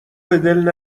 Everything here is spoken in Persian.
بدل